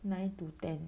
nine to ten